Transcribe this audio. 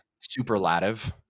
superlative